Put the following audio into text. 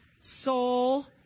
soul